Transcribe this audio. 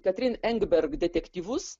katrin endberg detektyvus